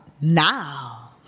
now